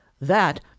That